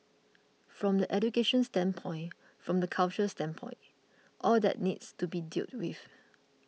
from the education standpoint from the culture standpoint all that needs to be dealt with